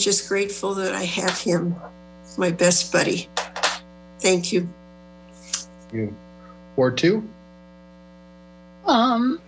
just grateful that i have him my best buddy thank you or to